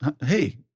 hey